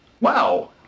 wow